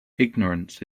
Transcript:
ignorance